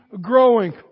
growing